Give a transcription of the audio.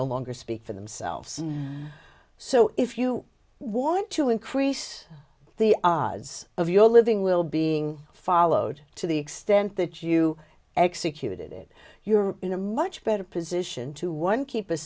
no longer speak for themselves so if you want to increase the odds of your living will being followed to the extent that you executed it you're in a much better position to one keep a